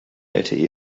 lte